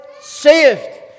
saved